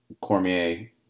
Cormier